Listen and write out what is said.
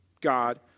God